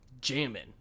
jamming